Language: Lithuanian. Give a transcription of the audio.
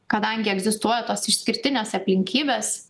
kadangi egzistuoja tos išskirtinės aplinkybės